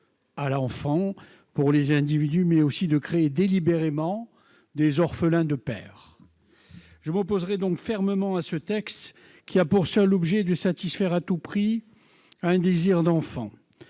à l'enfant, mais aussi à créer délibérément des orphelins de père. Je m'oppose donc fermement à ce projet de loi, qui a pour seul objet de satisfaire à tout prix un désir d'enfant.